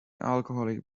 alcoholic